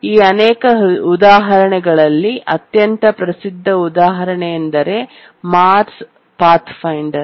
ಈ ಅನೇಕ ಉದಾಹರಣೆಗಳಲ್ಲಿ ಅತ್ಯಂತ ಪ್ರಸಿದ್ಧ ಉದಾಹರಣೆಯೆಂದರೆ ಮಾರ್ಸ್ ಪಾಥ್ಫೈಂಡರ್